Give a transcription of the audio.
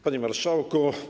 Panie Marszałku!